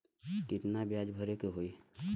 कितना ब्याज भरे के होई?